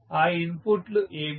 ఆ ఇన్పుట్లు ఏమిటి